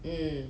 mm